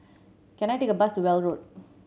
can I take a bus to Weld Road